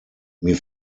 mir